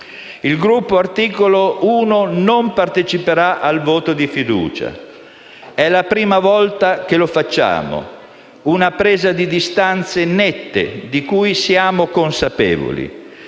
Il Gruppo Articolo 1 non parteciperà al voto di fiducia. È la prima volta che lo facciamo; si tratta di una presa di distanza netta di cui siamo consapevoli,